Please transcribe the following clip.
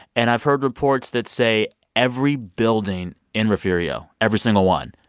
and i've heard reports that say every building in refugio, every single one,